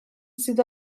sydd